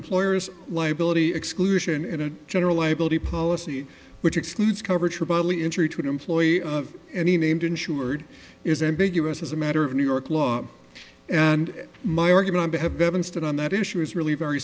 employer's liability exclusion in a general liability policy which excludes coverage for bodily injury to an employee of any named insured is ambiguous as a matter of new york law and my argument to have been stood on that issue is really very